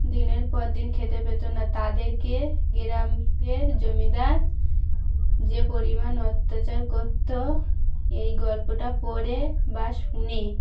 দিনের পর দিন খেতে পেতো না তাদেরকে গ্রামের জমিদার যে পরিমাণ অত্যাচার করতো এই গল্পটা পড়ে বা শুনে